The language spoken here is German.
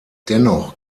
dennoch